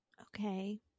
Okay